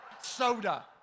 soda